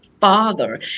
father